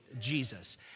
Jesus